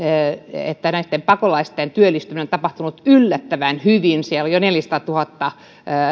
että näitten pakolaisten työllistyminen on tapahtunut yllättävän hyvin siellä on jo neljäsataatuhatta